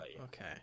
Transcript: Okay